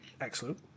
Excellent